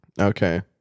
Okay